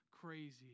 crazy